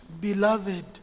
beloved